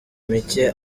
mike